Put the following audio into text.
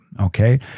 okay